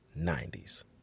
90s